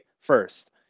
First